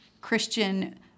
Christian